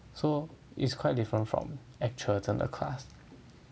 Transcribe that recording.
so is quite different from actual 真的 class